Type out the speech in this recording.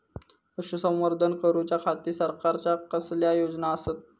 पशुसंवर्धन करूच्या खाती सरकारच्या कसल्या योजना आसत?